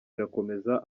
irakomeza